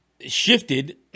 shifted